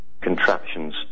contraptions